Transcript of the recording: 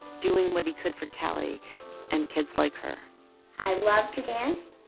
doing what he could for callie and kids like her i love to dance.